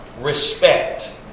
respect